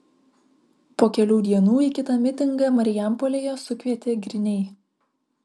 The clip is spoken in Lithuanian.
po kelių dienų į kitą mitingą marijampolėje sukvietė griniai